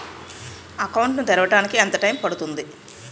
Account ను తెరవడానికి ఎంత టైమ్ పడుతుంది?